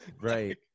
right